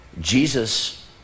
Jesus